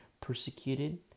persecuted